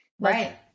Right